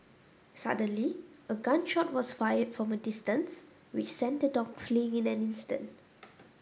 suddenly a gun shot was fired from a distance which sent the dog fleeing in an instant